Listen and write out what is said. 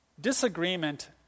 Disagreement